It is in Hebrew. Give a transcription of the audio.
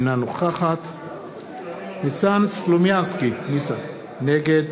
אינה נוכחת ניסן סלומינסקי, נגד